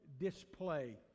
display